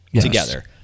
together